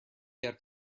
get